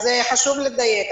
אז חשוב לדייק.